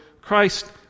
Christ